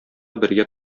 бергә